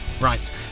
Right